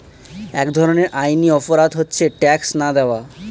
এক ধরনের আইনি অপরাধ হচ্ছে ট্যাক্স না দেওয়া